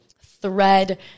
thread